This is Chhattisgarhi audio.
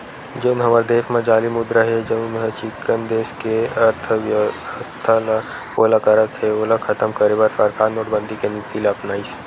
जउन हमर देस म जाली मुद्रा हे जउनहा चिक्कन देस के अर्थबेवस्था ल पोला करत हे ओला खतम करे बर सरकार नोटबंदी के नीति ल अपनाइस